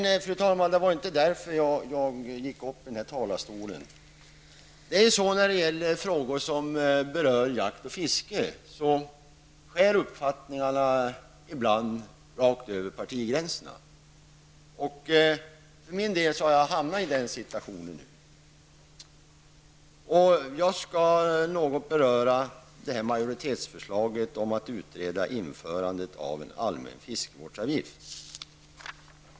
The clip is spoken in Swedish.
Fru talman! Det var inte för att säga detta som jag begärde ordet. I frågor som berör jakt och fiske skär uppfattningarna ibland rakt över partigränserna. För min del har jag nu hamnat i den situationen. Jag skall något beröra majoritetsförslaget om att utreda frågan om införandet av en allmän fiskevårdsavgift.